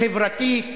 חברתית,